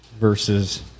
versus